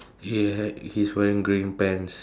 he ha~ he is wearing green pants